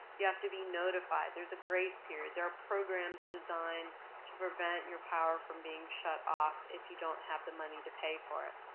you have to be notified. there's a grace period. there programs designed to prevent your power from being shut off if you don't have the money to pay for it.